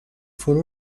فرو